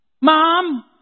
Mom